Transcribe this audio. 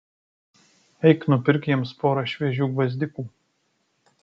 eik nupirk jiems porą šviežių gvazdikų